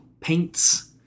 paints